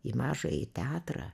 į mažąjį teatrą